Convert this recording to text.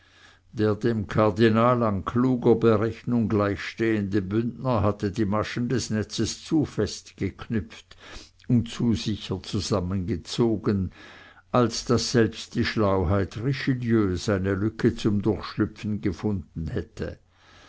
der dem kardinal an kluger berechnung gleichstehende bündner hatte die maschen des netzes zu fest geknüpft und zu sicher zusammengezogen als daß selbst die schlauheit richelieus eine lücke zum durchschlüpfen gefunden hätte